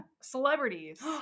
Celebrities